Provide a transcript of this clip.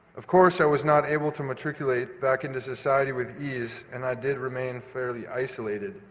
of course i was not able to matriculate back into society with ease and i did remain fairly isolated.